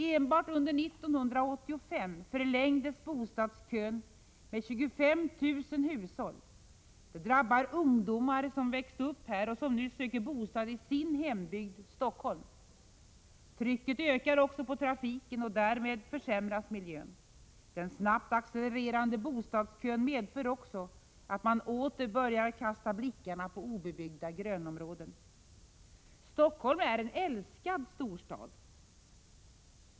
Enbart under 1985 förlängdes bostadskön med 25 000 hushåll. Det drabbar ungdomar som växt upp här och som nu söker bostad i sin hembygd — Stockholm. Trycket ökar också på trafiken, och därmed försämras miljön. Den snabbt växande bostadskön medför också att man åter börjar kasta blickar på obebyggda grönområden. Stockholm är en älskad storstad.